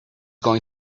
going